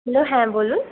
hello হ্যাঁ বলুন